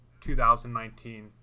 2019